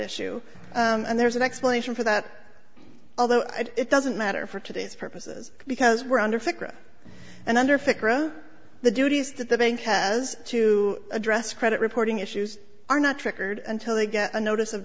issue and there's an explanation for that although it doesn't matter for today's purposes because we're under ficca and under figaro the duties that the bank has to address credit reporting issues are not triggered until they get a notice of